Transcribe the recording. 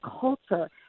culture